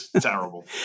Terrible